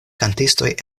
kantistoj